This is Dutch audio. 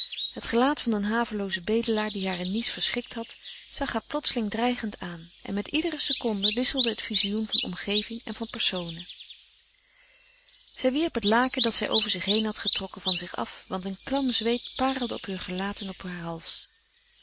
het gelaat van een haveloozen bedelaar die haar in nice verschrikt had zag haar plotseling dreigend aan en met iedere seconde wisselde het vizioen van omgeving en van personen zij wierp het laken dat zij over zich heen had getrokken van zich af want een klam zweet parelde op heur gelaat en op haar hals